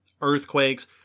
Earthquakes